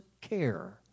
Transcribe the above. care